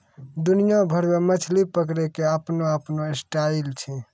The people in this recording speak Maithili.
दुनिया भर मॅ मछली पकड़ै के आपनो आपनो स्टाइल छै